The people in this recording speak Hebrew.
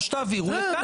או שתעבירו לקרעי.